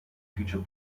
future